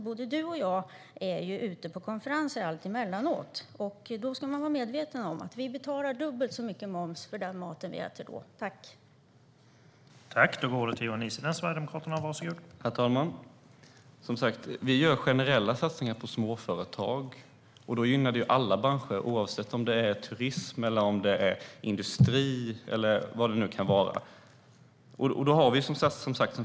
Både du och jag är ute på konferenser emellanåt, och vi ska vara medvetna om att vi betalar dubbelt så mycket moms för maten vi äter då som för annan mat.